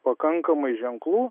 pakankamai ženklų